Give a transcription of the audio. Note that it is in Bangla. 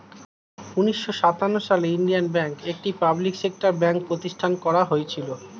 উন্নিশো সাত সালে ইন্ডিয়ান ব্যাঙ্ক, একটি পাবলিক সেক্টর ব্যাঙ্ক প্রতিষ্ঠান করা হয়েছিল